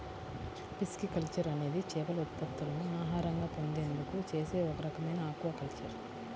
pisciculture అనేది చేపల ఉత్పత్తులను ఆహారంగా పొందేందుకు చేసే ఒక రకమైన ఆక్వాకల్చర్